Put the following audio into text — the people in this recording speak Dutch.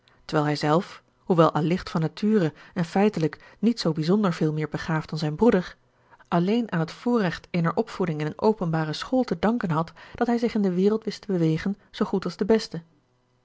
terwijl hijzelf hoewel allicht van nature en feitelijk niet zoo bijzonder veel meer begaafd dan zijn broeder alleen aan het voorrecht eener opvoeding in een openbare school te danken had dat hij zich in de wereld wist te bewegen zoo goed als de beste